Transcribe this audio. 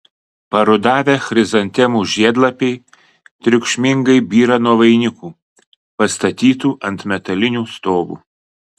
parudavę chrizantemų žiedlapiai triukšmingai byra nuo vainikų pastatytų ant metalinių stovų